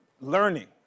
Learning